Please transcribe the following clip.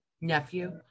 nephew